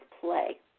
play